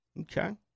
Okay